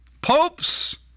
popes